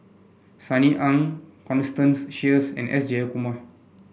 Sunny Aung Constance Sheares and S Jayakumar